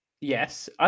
Yes